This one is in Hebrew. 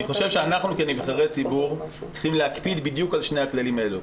אני חושב שאנחנו כנבחרי ציבור צריכים להקפיד בדיוק על שני הכללים האלה.